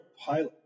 pilot